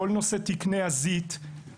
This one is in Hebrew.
כל נושא תקני הזית,